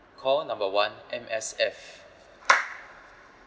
call number one M_S_F